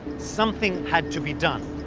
something had to be done.